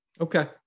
Okay